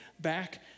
back